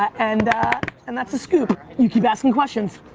and and that's the scoop. you keep asking questions.